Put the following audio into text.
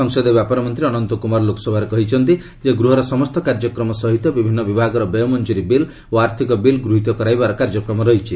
ସଂସଦୀୟ ବ୍ୟାପାର ମନ୍ତ୍ରୀ ଅନନ୍ତ କୁମାର ଲୋକସଭାରେ କହିଛନ୍ତି ଯେ ଗୃହର ସମସ୍ତ କାର୍ଯ୍ୟକ୍ରମ ସହିତ ବିଭିନ୍ନ ବିଭାଗର ବ୍ୟୟମଞ୍ଜୁରୀ ବିଲ୍ ଓ ଆର୍ଥିକ ବିଲ୍ ଗୃହିତ କରାଇବାର କାର୍ଯ୍ୟକ୍ରମ ରହିଛି